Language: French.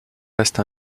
reste